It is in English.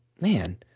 man